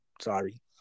Sorry